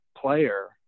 player